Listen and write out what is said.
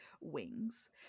wings